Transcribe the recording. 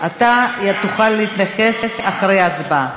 טלי, אתה תוכל להתייחס אחרי ההצבעה.